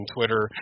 Twitter